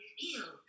feel